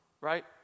Right